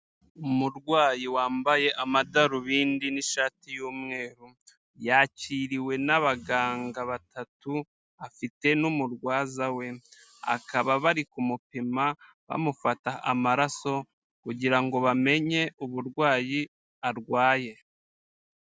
Umurwayi wambaye amadarubindi n'ishati y'umweru, yakiriwe n'abaganga batatu afite n'umurwaza we, akaba bari kumupima bamufata amaraso kugira ngo bamenye uburwayi arwaye.